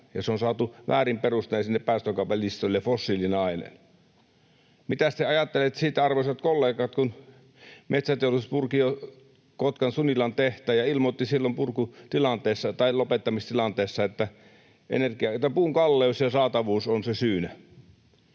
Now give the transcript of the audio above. se on saatu väärin perustein sinne päästökaupan listoille fossiilisena aineena. Mitäs te ajattelette siitä, arvoisat kollegat, kun metsäteollisuus purki jo Kotkan Sunilan tehtaan ja ilmoitti silloin lopettamistilanteessa, että puun kalleus ja saatavuus on sen syynä?